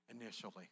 initially